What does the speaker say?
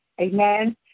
Amen